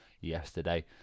yesterday